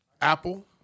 Apple